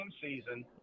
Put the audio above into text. season